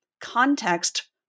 context